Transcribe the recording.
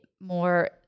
more